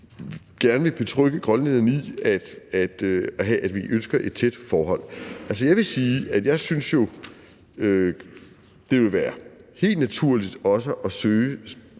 gerne vil betrygge grønlænderne i, at vi ønsker et tæt forhold. Jeg vil sige, at jeg jo synes, det ville være helt naturligt også at søge